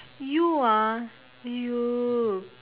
you ah !aiyo!